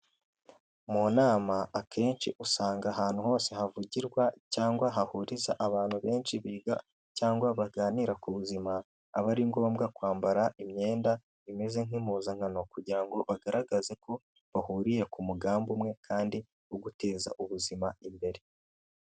Mu nama akenshi usanga ahantu hose havugirwa cyangwa hahuriza abantu benshi biga cyangwa baganira ku buzima, aba ari ngombwa kwambara imyenda imeze nk'impuzankano, kugira ngo bagaragaze ko bahuriye ku mugambi umwe kandi wo guteza ubuzima imbere.